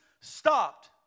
Stopped